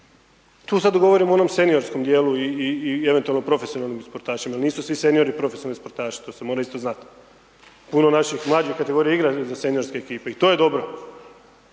Tu sada govorimo o onom seniorskom dijelu i eventualno profesionalnim sportašima jer nisu svi seniori profesionalni sportaši, to se mora isto znati. Puno naših mlađih kategorija igra za seniorske ekipe. I to je dobro